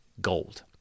gold